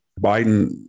Biden